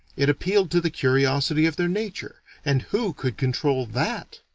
it appealed to the curiosity of their nature, and who could control that!